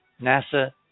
NASA